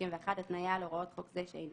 איסור התניה 51.התניה על הוראות חוק זה שאינה